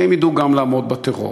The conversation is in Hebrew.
הם ידעו גם לעמוד בטרור.